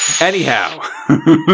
Anyhow